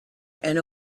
and